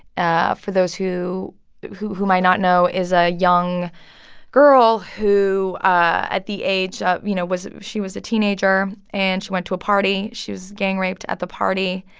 ah for those who who might not know, is a young girl who ah at the age of you know, was she was a teenager and she went to a party. she was gang raped at the party.